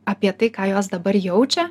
apie tai ką jos dabar jaučia